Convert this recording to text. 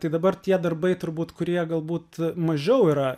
tai dabar tie darbai turbūt kurie galbūt mažiau yra